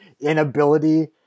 inability